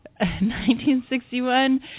1961